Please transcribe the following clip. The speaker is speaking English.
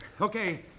Okay